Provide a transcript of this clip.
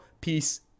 peace